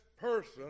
person